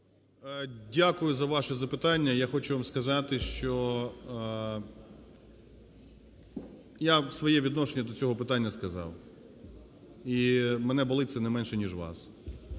Дякую за ваше запитання. Я хочу вам сказати, що… я своє відношення до цього питання сказав, і у мене болить це не менше, ніж у вас.